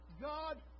God